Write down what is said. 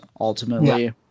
ultimately